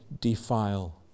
defile